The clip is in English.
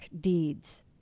deeds